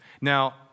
Now